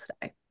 today